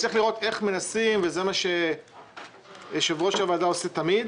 צריך לראות איך מנסים וזה מה שיושב-ראש הוועדה עושה תמיד